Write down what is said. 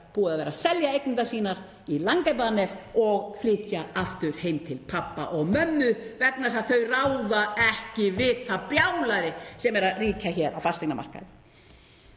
búið að vera að selja eignirnar sínar í „lange baner“ og flytja aftur heim til pabba og mömmu vegna þess að það ræður ekki við það brjálæði sem ríkir á fasteignamarkaðnum.